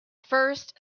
first